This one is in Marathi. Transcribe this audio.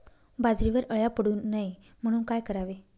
बाजरीवर अळ्या पडू नये म्हणून काय करावे?